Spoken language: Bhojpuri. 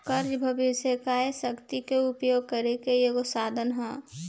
कर्जा भविष्य के कार्य शक्ति के उपयोग करे के एगो साधन ह